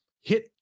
Hit